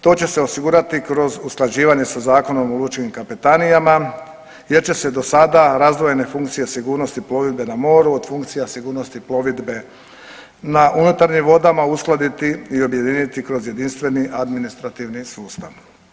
To će se osigurati kroz usklađivanje sa Zakonom o lučkim kapetanijama, jer će se do sada razdvojene funkcije sigurnosti plovidbe na moru od funkcija sigurnosti plovidbe na unutarnjim vodama uskladiti i objediniti kroz jedinstveni administrativni sustav.